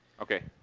okay.